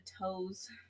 toes